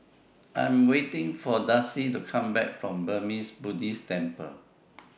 I Am waiting For Darcie to Come Back from Burmese Buddhist Temple